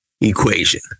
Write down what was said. equation